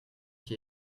qui